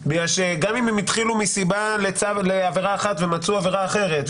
בגלל שגם אם הם התחילו מסיבה לעבירה אחת ומצאו העבירה אחרת,